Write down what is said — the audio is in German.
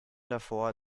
davor